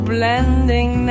Blending